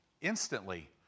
instantly